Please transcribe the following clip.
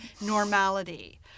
normality